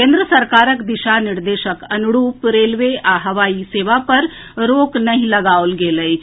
केन्द्र सरकारक दिशा निर्देशक अनुरूप रेलवे आ हवाई सेवा पर रोक नहि लगाओल गेल अछि